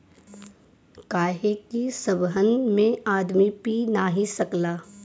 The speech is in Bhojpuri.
काहे कि सबहन में आदमी पी नाही सकला